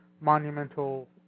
monumental